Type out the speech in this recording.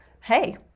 hey